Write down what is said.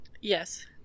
Yes